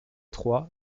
trois